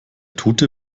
tote